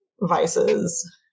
Vice's